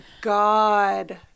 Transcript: god